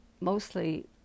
mostly